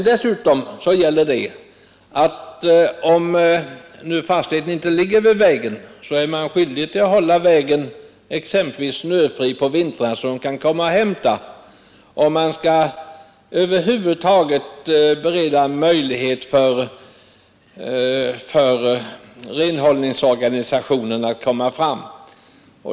Dessutom gäller att om fastigheten inte ligger vid vägen är man skyldig att exempelvis hålla en passage snöfri på vintrarna, så att soporna kan hämtas. Man skall över huvud taget bereda möjlighet för renhållningsorganisationen att komma fram.